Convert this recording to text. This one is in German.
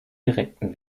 direkten